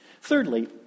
Thirdly